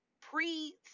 pre